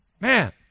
man